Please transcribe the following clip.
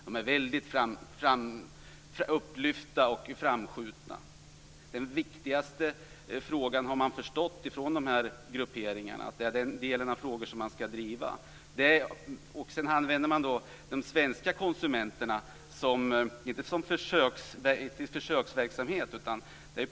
De är väldigt upplyftande och framskjutna. Det är den viktigaste fråga, har jag förstått, som man från dessa grupperingar skall driva.